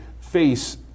face